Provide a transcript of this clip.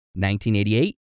1988